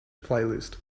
playlist